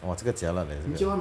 !wah! 这个 jialat leh 这个